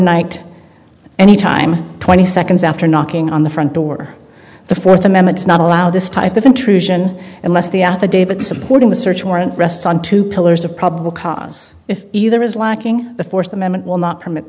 night any time twenty seconds after knocking on the front door the fourth amendment does not allow this type of intrusion unless the affidavit supporting the search warrant rests on two pillars of probable cause if either is lacking the fourth amendment will not permit